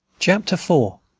chapter four.